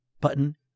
button